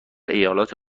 ایالت